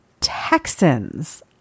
Texans